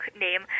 name